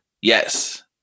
Yes